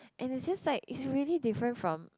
and it's just like it's really different from